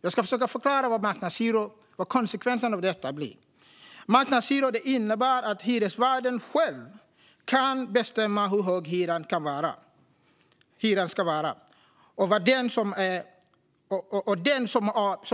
Jag ska försöka förklara vad konsekvenserna av marknadshyror blir. Marknadshyror innebär att hyresvärden själv kan bestämma hur hög hyran ska vara och att den som